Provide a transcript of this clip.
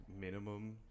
minimum